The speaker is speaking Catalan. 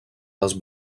les